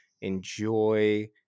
enjoy